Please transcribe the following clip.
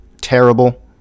terrible